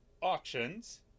auctions